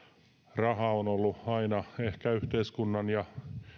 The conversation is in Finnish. raha on ollut aina ehkä yhteiskunnan